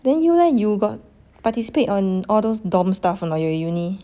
then you eh you got participate on those dorm stuff or not your uni